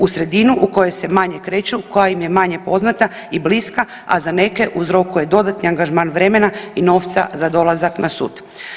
U sredinu u kojoj se manje kreću, koja im je manje poznata i bliska, a za neke uzrokuje dodatni angažman vremena i novca za dolazak na sud.